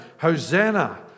Hosanna